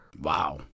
Wow